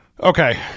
Okay